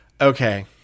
okay